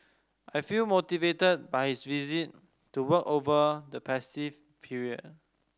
I feel motivated by his visit to work over the festive period